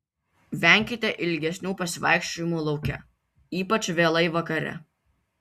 venkite ilgesnių pasivaikščiojimų lauke ypač vėlai vakare